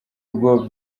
bwo